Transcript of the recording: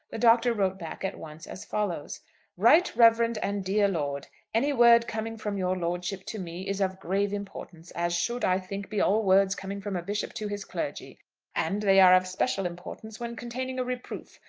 the doctor wrote back at once as follows right reverend and dear lord any word coming from your lordship to me is of grave importance, as should, i think, be all words coming from a bishop to his clergy and they are of special importance when containing a reproof,